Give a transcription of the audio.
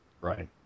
Right